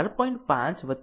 તેથી આ 4